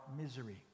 misery